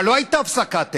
אבל לא הייתה הפסקת אש.